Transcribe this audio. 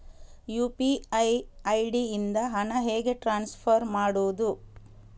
UPI ID ಇಂದ ಹಣ ಹೇಗೆ ಟ್ರಾನ್ಸ್ಫರ್ ಮಾಡುದು?